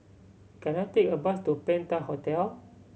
can I take a bus to Penta Hotel